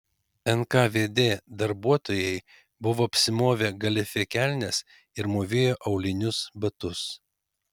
nkvd darbuotojai buvo apsimovę galifė kelnes ir mūvėjo aulinius batus